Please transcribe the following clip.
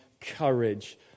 courage